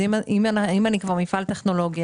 אם אני כבר מפעל טכנולוגי,